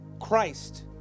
Christ